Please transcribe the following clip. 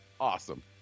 Awesome